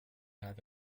have